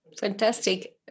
Fantastic